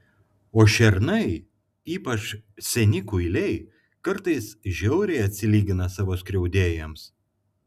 o šernai ypač seni kuiliai kartais žiauriai atsilygina savo skriaudėjams